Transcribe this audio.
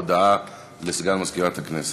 הודעה לסגן מזכירת הכנסת.